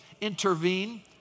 Intervene